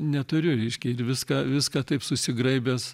neturiu reiškia ir viską viską taip susigraibęs